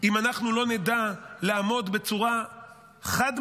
אם אנחנו לא נדע לעמוד בצורה חד-משמעית,